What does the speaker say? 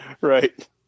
Right